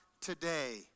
today